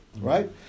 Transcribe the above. right